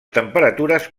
temperatures